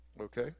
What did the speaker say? Okay